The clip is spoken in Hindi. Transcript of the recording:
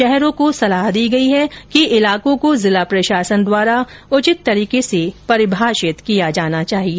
शहरों को सलाह दी गई है कि ईलाकों को जिला प्रशासन द्वारा उचित तरीके से परिभाषित किया जाना चाहिए